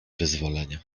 wyzwolenia